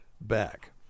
back